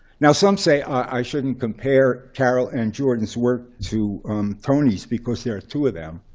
now, some say i shouldn't compare carol and jordan's work to tony's because there are two of them.